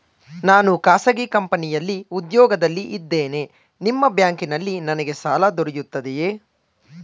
ನಾನು ಖಾಸಗಿ ಕಂಪನಿಯಲ್ಲಿ ಉದ್ಯೋಗದಲ್ಲಿ ಇದ್ದೇನೆ ನಿಮ್ಮ ಬ್ಯಾಂಕಿನಲ್ಲಿ ನನಗೆ ಸಾಲ ದೊರೆಯುತ್ತದೆಯೇ?